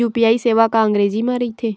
UPI सेवा का अंग्रेजी मा रहीथे?